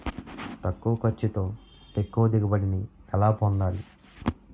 తక్కువ ఖర్చుతో ఎక్కువ దిగుబడి ని ఎలా పొందాలీ?